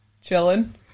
chilling